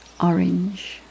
orange